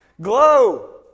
Glow